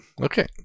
okay